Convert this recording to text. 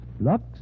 Lux